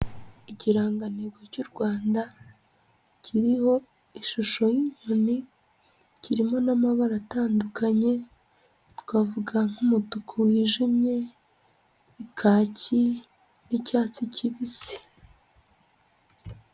Ikirangantego cy'u Rwanda kiriho ishusho y'inkoni, kirimo n'amabara atandukanye, twavuga nk'umutuku wijimye, kaki n'icyatsi kibisi.